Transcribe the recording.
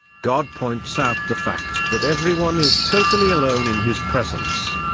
god points out the fact that everyone is totally alone in his presence.